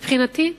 מבחינתי,